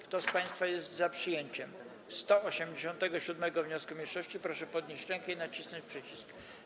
Kto z państwa jest za przyjęciem 187. wniosku mniejszości, proszę podnieść rękę i nacisnąć przycisk.